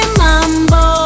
mambo